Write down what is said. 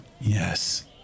Yes